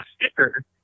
sticker